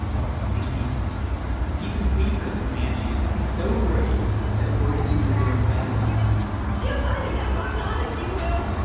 of of these people ethan's hatred of the comanche is something so great that it worries even his own family yeah you know martin honestly will.